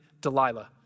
Delilah